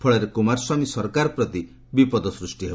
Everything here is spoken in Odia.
ଫଳରେ କୁମାରସ୍ୱାମୀ ସରକାର ପ୍ରତି ବିପଦ ସୃଷ୍ଟି ହେବ